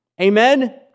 Amen